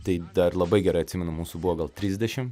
tai dar labai gerai atsimenu mūsų buvo gal trisdešim